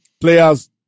players